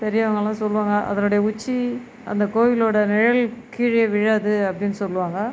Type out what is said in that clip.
பெரியவங்களாம் சொல்வாங்க அதனுடைய உச்சி அந்த கோவிலோடய நிழல் கீழே விழாது அப்படின்னு சொல்வாங்க